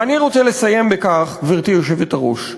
ואני רוצה לסיים בכך, גברתי היושבת-ראש: